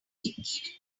confiscating